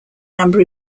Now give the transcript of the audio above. number